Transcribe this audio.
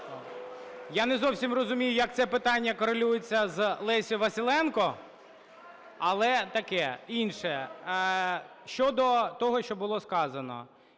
Я не зовсім розумію, як це питання корелюється з Лесею Василенко, але таке… інше. Щодо того, що було сказано.